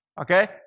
Okay